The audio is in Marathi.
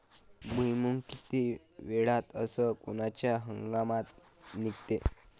भुईमुंग किती वेळात अस कोनच्या हंगामात निगते?